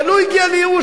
אבל הוא כבר הגיע לייאוש,